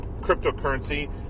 cryptocurrency